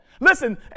Listen